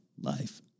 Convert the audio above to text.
life